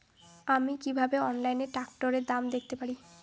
আমি কিভাবে অনলাইনে ট্রাক্টরের দাম দেখতে পারি?